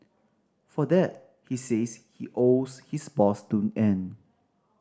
for that he says he owes his boss to end